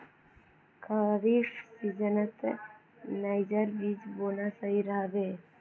खरीफ सीजनत नाइजर बीज बोना सही रह बे